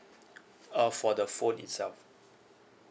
uh for the phone itself